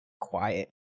quiet